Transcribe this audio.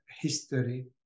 history